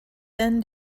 then